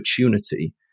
opportunity